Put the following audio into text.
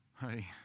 hey